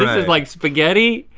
is like spaghetti,